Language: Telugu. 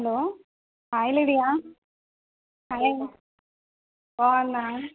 హలో హాయ్ లిడియా హాయ్ బాగున్నా